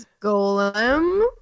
Golem